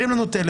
הרים לנו טלפון,